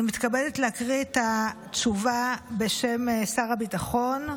אני מתכבדת להקריא את התשובה בשם שר הביטחון.